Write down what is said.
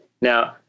Now